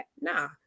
Nah